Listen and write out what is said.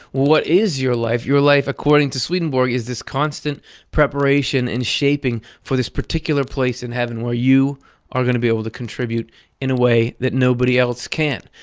what is your life? your life, according to swedenborg, is this constant preparation and shaping for this particular place in heaven where you are going to be able to contribute in a way that nobody else can.